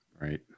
Right